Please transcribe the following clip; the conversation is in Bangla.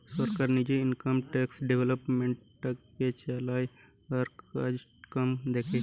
সরকার নিজে ইনকাম ট্যাক্স ডিপার্টমেন্টটাকে চালায় আর কাজকাম দেখে